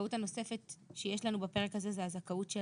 הזכאות הנוספת שיש לנו בפרק הזה היא הזכאות של